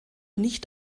nicht